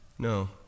No